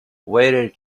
waiter